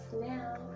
now